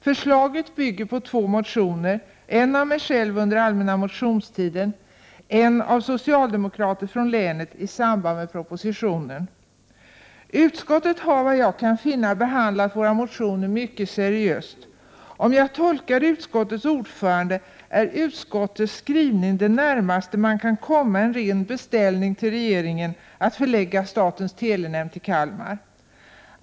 Förslaget bygger på två motioner, en av mig själv under allmänna motionstiden, en av socialdemokrater från länet i samband med propositionen. Såvitt jag kan finna har utskottet behandlat våra motioner mycket seriöst. Om jag rätt tolkar utskottets ordförande är utskottets skrivning det närmaste man kan komma i en ren beställning till regeringen att förlägga statens telenämnd till Kalmar.